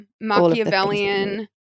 machiavellian